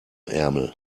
ärmel